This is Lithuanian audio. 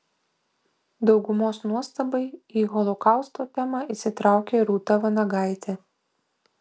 daugumos nuostabai į holokausto temą įsitraukė rūta vanagaitė